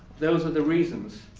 those are the reasons.